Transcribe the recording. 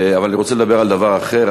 אבל אני רוצה לדבר על דבר אחר.